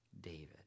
David